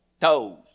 toes